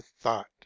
thought